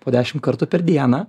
po dešim kartų per dieną